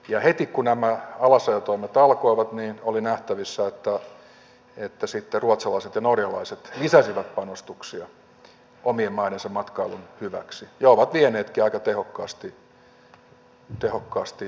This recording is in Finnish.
ja heti kun nämä alasajotoimet alkoivat oli nähtävissä että sitten ruotsalaiset ja norjalaiset lisäsivät panostuksia omien maidensa matkailun hyväksi ja ovat vieneetkin aika tehokkaasti markkinoita meiltä